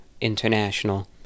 International